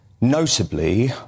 Notably